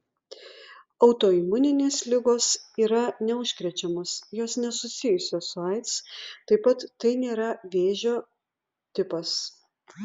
autoimuninės ligos yra neužkrečiamos jos nesusijusios su aids taip pat tai nėra vėžio tipas